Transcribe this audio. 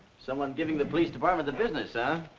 someone giving the police department the business, huh?